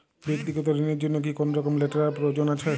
ব্যাক্তিগত ঋণ র জন্য কি কোনরকম লেটেরাল প্রয়োজন আছে?